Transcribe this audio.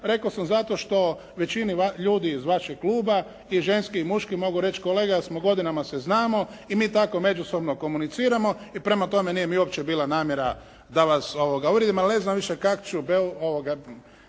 rekao sam zato što većini ljudi iz vašeg kluba i ženski i muški mogu reći kolega, jer smo godinama se znamo i mi tako međusobno komuniciramo i prema tome nije mi uopće bila namjera da vas uvrijedim. Ali ne znam više kak' ću